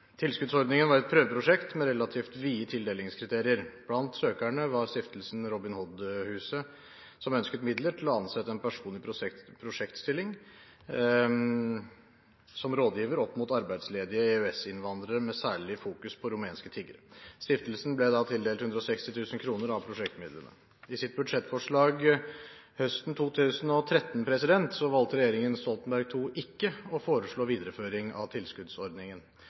Tilskuddsordningen var et prøveprosjekt med relativt vide tildelingskriterier. Blant søkerne var stiftelsen Robin Hood Huset, som ønsket midler til å ansette en person i prosjektstilling som rådgiver opp mot arbeidsledige EØS-innvandrere, med særlig fokus på rumenske tiggere. Stiftelsen ble da tildelt 160 000 kr av prosjektmidlene. I sitt budsjettforslag høsten 2013 valgte regjeringen Stoltenberg II ikke å foreslå videreføring av tilskuddsordningen.